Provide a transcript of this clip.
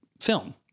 film